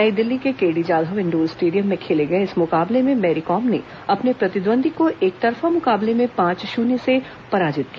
नई दिल्ली के KD Jadhav indoor stadium में खेले गए इस मुकाबले में मैरीकॉम ने अपने प्रतिद्वंदी को एकतरफा मुकाबले में पांच शून्य से पराजित किया